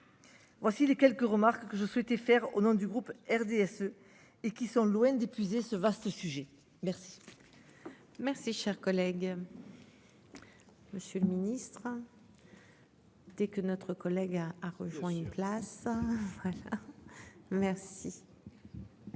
Voici les quelques remarques que je souhaitais faire au nom du groupe RDSE et qui sont loin d'épuiser ce vaste. Ce sujet merci. Merci cher collègue. Monsieur le Ministre. Dès que notre collègue a rejoint une place. Voilà. Merci.